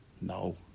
No